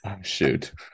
shoot